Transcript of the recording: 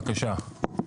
בבקשה.